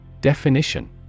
Definition